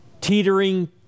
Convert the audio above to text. teetering